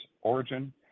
origin